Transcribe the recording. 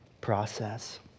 process